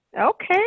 okay